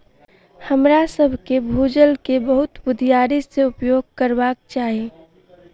हमरासभ के भू जल के बहुत बुधियारी से उपयोग करबाक चाही